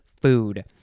food